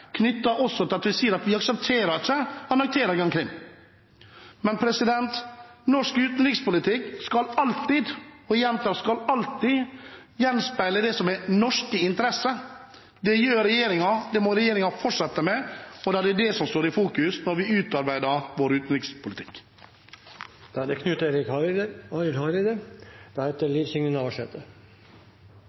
også knyttet til at vi sier at vi ikke aksepterer annekteringen av Krim. Norsk utenrikspolitikk skal alltid – og jeg gjentar, skal alltid – gjenspeile det som er norske interesser. Det gjør regjeringen. Det må regjeringen fortsette med, og da er det det som står i fokus når vi utarbeider vår